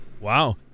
wow